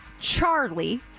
Charlie